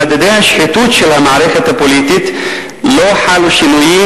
במדדי השחיתות של המערכת הפוליטית לא חלו שינויים